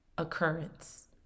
occurrence